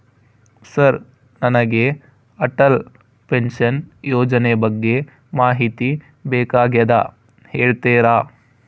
Sir ನನಗೆ Atal pension ಯೋಜನೆ ಬಗ್ಗೆ ಮಾಹಿತಿ ಬೇಕಾಗ್ಯದ ಹೇಳ್ತೇರಾ?